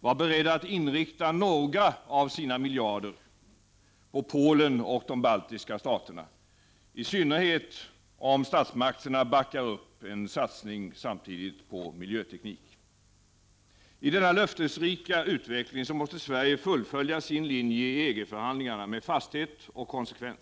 vara beredda att inrikta några av sina miljarder på Polen och de baltiska staterna, i synnerhet om statsmakterna samtidigt backar upp en satsning på miljöteknik? I denna löftesrika utveckling måste Sverige fullfölja sin linje i EG-förhandlingarna med fasthet och konsekvens.